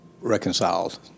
reconciled